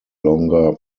longer